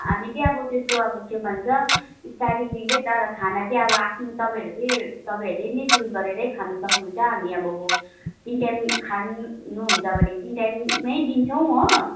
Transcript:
हामी चाहिँ अबो त्यस्तो अब के भन्छ स्टार्टिङदेखिको तर खाना चाहिँ अब आफ्नो तपाईँहरूकै तपाईँहरूले नै चुज गरेरै खानु सक्नुहुन्छ हामी अब तिन टाइम खानुहुन्छ भने तिन टाइम नै दिन्छौँ हो